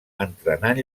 entrenant